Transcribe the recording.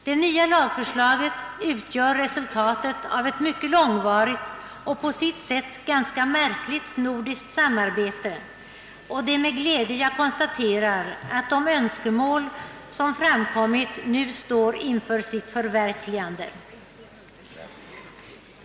Det nya lagförslaget utgör resultatet av ett mycket långvarigt och på sitt sätt ganska märkligt nordiskt samarbete. Det är med glädje jag konstaterar att de önskemål som framkommit nu står inför sitt förverkligande.